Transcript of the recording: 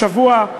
השבוע,